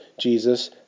Jesus